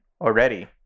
already